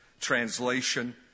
translation